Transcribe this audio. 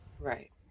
Right